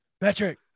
Patrick